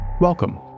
Welcome